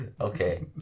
Okay